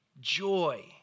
joy